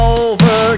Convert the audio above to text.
over